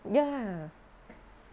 ya